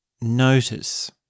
notice